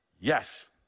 Yes